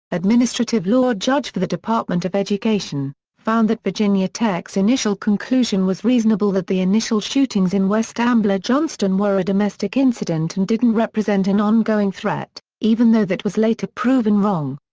administrative law judge for the department of education, found that virginia tech's initial conclusion was reasonable that the initial shootings in west ambler johnston were a domestic incident and didn't represent an ongoing threat, even though that was later proven wrong.